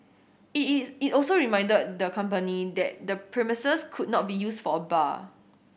it is it also reminded the company that the premises could not be used for a bar